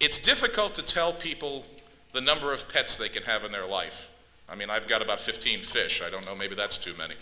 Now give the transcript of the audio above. it's difficult to tell people the number of pets they could have in their life i mean i've got about fifteen fish i don't know maybe that's too many